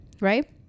Right